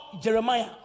Jeremiah